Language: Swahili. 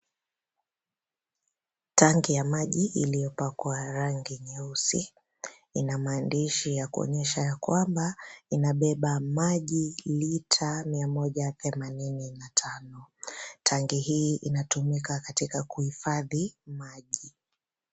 Tangi ya maji iliyopakwa rangi nyeusi ina maandishi ya kuonyesha ya kwamba inabeba maji lita mia moja themanini na tano. Tangi hii inatumika katika kuhifadhi maji.